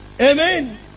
amen